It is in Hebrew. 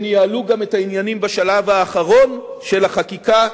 שניהלו גם את העניינים בשלב האחרון של החקיקה,